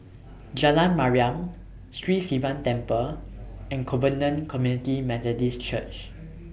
Jalan Mariam Sri Sivan Temple and Covenant Community Methodist Church